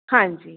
ਹਾਂਜੀ